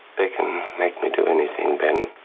they can make me do anything ben